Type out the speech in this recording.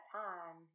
time